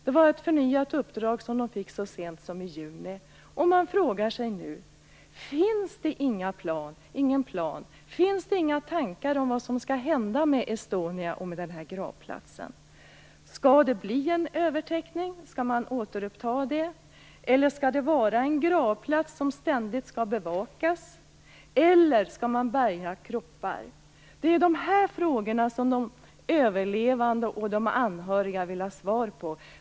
Det var ett förnyat uppdrag man fick så sent som i juni. Man frågar sig nu: Finns det ingen plan för och inga tankar om vad som skall hända med Estonia och med gravplatsen? Skall man återuppta övertäckningen, skall Estonia vara en gravplats som ständigt skall bevakas eller skall man bärga kroppar? Det är dessa frågor som de överlevande och de anhöriga vill ha svar på.